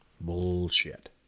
Bullshit